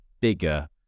bigger